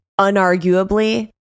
unarguably